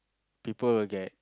people will get